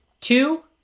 two